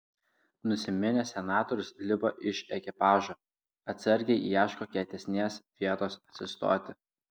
nusiminęs senatorius lipa iš ekipažo atsargiai ieško kietesnės vietos atsistoti